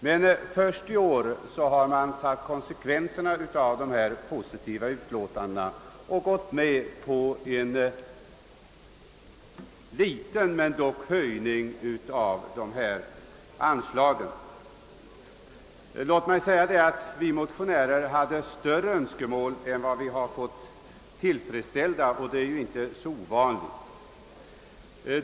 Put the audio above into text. Men först i år har man tagit konsekvenserna av dessa po sitiva utlåtanden och gått med på en om också liten höjning av dessa anslag. Vi motionärer hade längre gående önskemål än de som utskottet nu har tillmötesgått, vilket inte är så ovanligt.